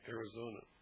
Arizona